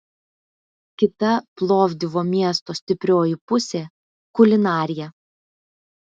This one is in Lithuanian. kita plovdivo miesto stiprioji pusė kulinarija